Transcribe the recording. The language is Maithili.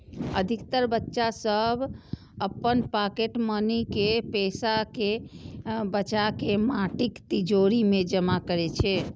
अधिकतर बच्चा सभ अपन पॉकेट मनी के पैसा कें बचाके माटिक तिजौरी मे जमा करै छै